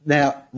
Now